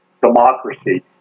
democracy